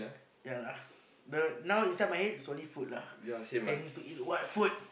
yea lah the now inside my head is only food lah planning to eat what food